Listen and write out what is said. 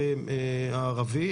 מהמגזר הערבי,